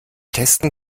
testen